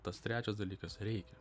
tas trečias dalykas reikia